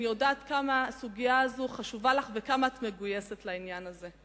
אני יודעת כמה הסוגיה הזאת חשובה לך וכמה את מגויסת לעניין הזה.